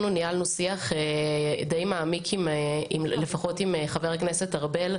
אנחנו ניהלנו שיח די מעמיק לפחות עם חבר הכנסת ארבל,